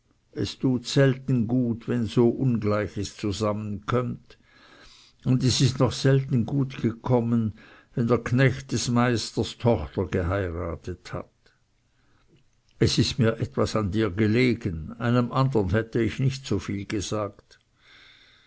es tut selten gut wenn so ungleiches zusammenkömmt und es ist noch selten gut gekommen wenn der knecht des meisters tochter geheiratet hat es ist mir etwas an dir gelegen einem andern hätte ich nicht so viel gesagt